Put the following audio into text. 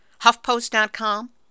HuffPost.com